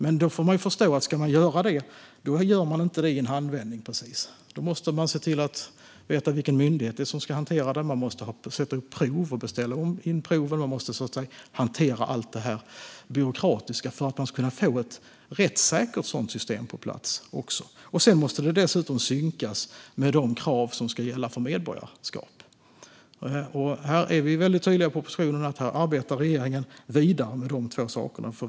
Men man får förstå att om man ska göra detta kan det inte göras i en handvändning. Man måste veta vilken myndighet det är som ska hantera det. Man måste sätta upp prov och beställa in prov, och man måste så att säga hantera allt detta byråkratiska för att få ett rättssäkert sådant system på plats också. Sedan måste det dessutom synkas med de krav som ska gälla för medborgarskap. Här är vi i propositionen väldigt tydliga med att regeringen arbetar vidare med de två sakerna.